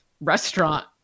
restaurant